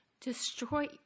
destroy